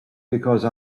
because